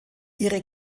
ihre